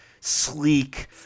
sleek –